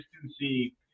consistency